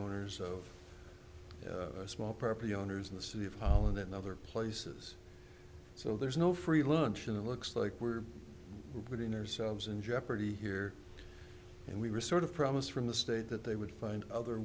owners of small property owners in the city of holland and other places so there's no free lunch and it looks like we're putting ourselves in jeopardy here and we were sort of promised from the state that they would find other